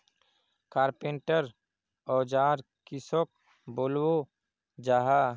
Carpenter औजार किसोक बोलो जाहा?